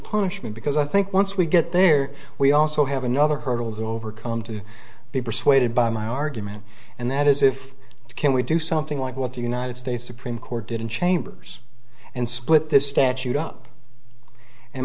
punishment because i think once we get there we also have another hurdle to overcome to be persuaded by my argument and that is if can we do something like what the united states supreme court did in chambers and split this statute up and